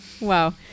Wow